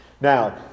Now